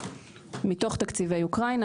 מתוך תקציבי אוקראינה